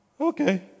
okay